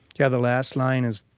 yeah, the last line is,